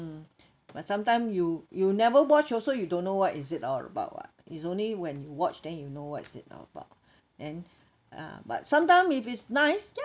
but sometime you you never watch also you don't know what is it all about [what] is only when you watch then you know what is it about and ah but sometime if it's nice ya